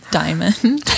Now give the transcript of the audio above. diamond